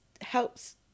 helps